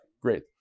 Great